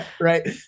Right